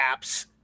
apps